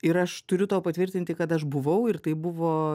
ir aš turiu tau patvirtinti kad aš buvau ir tai buvo